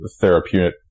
therapeutic